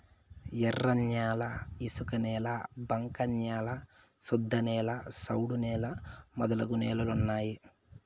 ఎర్రన్యాల ఇసుకనేల బంక న్యాల శుద్ధనేల సౌడు నేల మొదలగు నేలలు ఉన్నాయి